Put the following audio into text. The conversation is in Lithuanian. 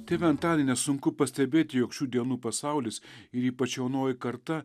tėve antanai nesunku pastebėti jog šių dienų pasaulis ir ypač jaunoji karta